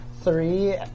three